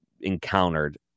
encountered